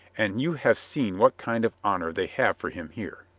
and you have seen what kind of honor they have for him here.